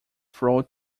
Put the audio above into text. throat